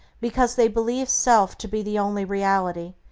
because they believe self to be the only reality,